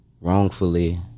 wrongfully